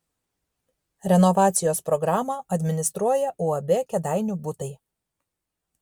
renovacijos programą administruoja uab kėdainių butai